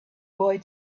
boy